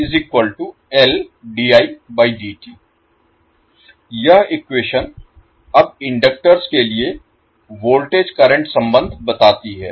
जैसे यह इक्वेशन अब इंडक्टर्स के लिए वोल्टेज करंट संबंध बताती है